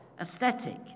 aesthetic